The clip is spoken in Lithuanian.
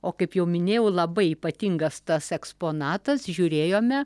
o kaip jau minėjau labai ypatingas tas eksponatas žiūrėjome